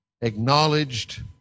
acknowledged